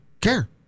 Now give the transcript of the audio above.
care